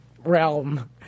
realm